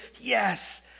Yes